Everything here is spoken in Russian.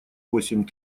восемь